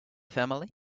family